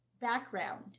background